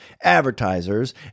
advertisers